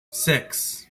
six